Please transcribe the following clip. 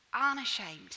unashamed